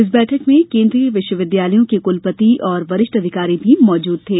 इस बैठक में केन्द्रीय विश्वविद्यालयों के कलपति और वरिष्ठ अधिकारी भी मौजूद थे